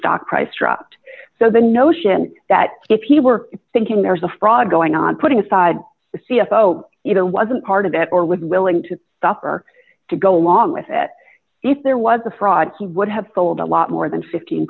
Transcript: stock price dropped so the notion that if he were thinking there was a fraud going on putting aside the c f o even wasn't part of that or was willing to suffer to go along with it if there was a fraud he would have sold a lot more than fifteen